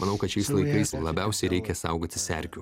manau kad šiais laikais labiausiai reikia saugotis erkių